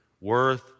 worth